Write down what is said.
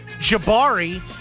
Jabari